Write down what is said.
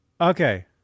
okay